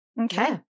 Okay